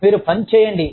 మీరు పంచ్ చేయండి